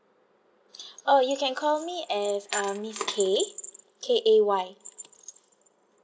oh you can call me as uh miss K K A Y